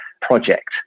project